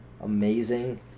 amazing